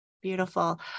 Beautiful